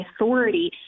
authority